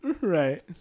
Right